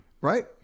Right